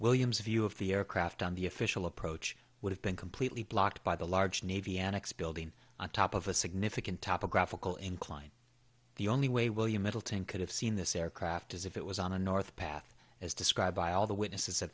william's view of the aircraft on the official approach would have been completely blocked by the large navy annex building on top of a significant topographical incline the only way william middleton could have seen this aircraft is if it was on a north path as described by all the witnesses at